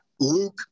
Luke